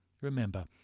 Remember